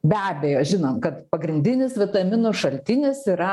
be abejo žinom kad pagrindinis vitaminų šaltinis yra